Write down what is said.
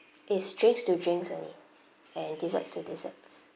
it's drinks to drinks only and desserts to desserts